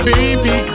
Baby